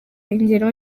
ingero